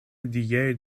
دیگری